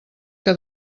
que